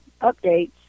updates